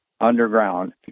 underground